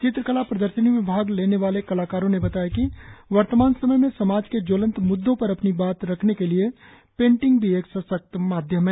चित्रकला प्रदर्शनी में भाग ले ने वाले कलाकारों ने बताया कि वर्तमान समय में समाज के ज्वलंत मुद्दों पर अपनी बात रखने के लिए पेंटिंग भी एक सशक्त माध्यम है